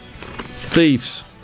thieves